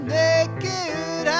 naked